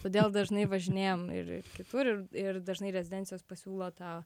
todėl dažnai važinėjam ir kitur ir ir dažnai rezidencijos pasiūlo tą